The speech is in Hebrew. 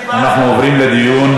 אני בעד קבוע.